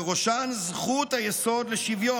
ובראשן זכות היסוד לשוויון.